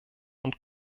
und